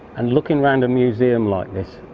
and looking around museum like this,